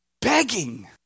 begging